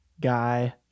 guy